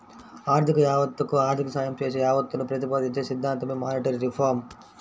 ఆర్థిక యావత్తకు ఆర్థిక సాయం చేసే యావత్తును ప్రతిపాదించే సిద్ధాంతమే మానిటరీ రిఫార్మ్